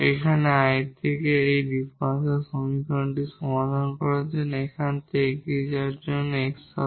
এখানে I থেকে এই ডিফারেনশিয়াল সমীকরণটি সমাধান করার জন্য এখান থেকে এগিয়ে যাওয়ার জন্য x হবে